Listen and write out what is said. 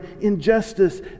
injustice